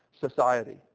society